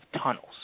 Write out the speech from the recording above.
tunnels